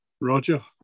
Roger